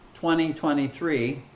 2023